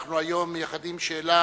היום אנחנו מייחדים שאלה